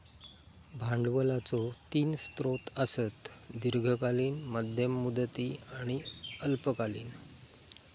भांडवलाचो तीन स्रोत आसत, दीर्घकालीन, मध्यम मुदती आणि अल्पकालीन